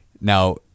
now